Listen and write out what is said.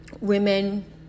Women